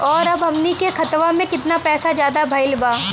और अब हमनी के खतावा में कितना पैसा ज्यादा भईल बा?